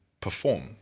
perform